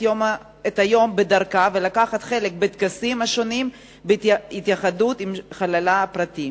היום בדרכה ולקחת חלק בטקסים השונים ובהתייחדות עם זכר חללה הפרטי.